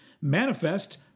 manifest